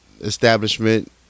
establishment